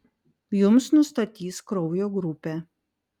jums nustatys kraujo grupę